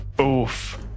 oof